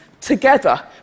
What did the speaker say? together